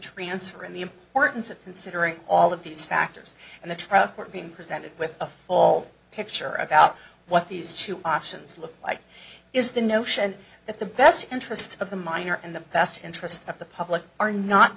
transfer and the importance of considering all of these factors and the trial court being presented with a all picture about what these two options look like is the notion that the best interests of the minor and the best interests of the public are not